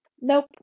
Nope